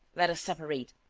let us separate,